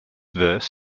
verse